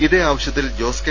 ഇതേ ആവശ്യത്തിൽ ജോസ് കെ